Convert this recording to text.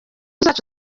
zacu